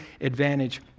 advantage